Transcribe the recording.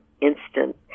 instant